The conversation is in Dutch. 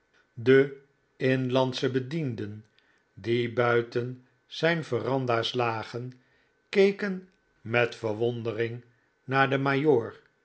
de inlandsche bedienden die buiten zijn veranda's lagen keken met verwondering naar den